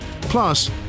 Plus